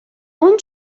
اون